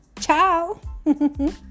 ciao